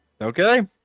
okay